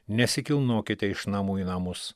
nesikilnokite iš namų į namus